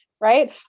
right